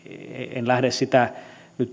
en lähde sitä nyt